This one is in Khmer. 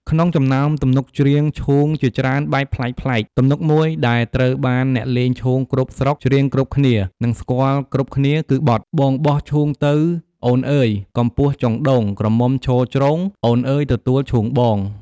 ក្នុងចំណោមទំនុកច្រៀងឈូងជាច្រើនបែបប្លែកៗ ទំនុកមួយដែលត្រូវបានអ្នកលេងឈូងគ្រប់ស្រុកច្រៀងគ្រប់គ្នា និងស្គាល់គ្រប់គ្នា គឺបទ៖ «បងបោះឈូងទៅ អូន អើយ កំពស់ចុងដូង ក្រមុំឈរច្រូង អូនអើយទទួលឈូងបង»។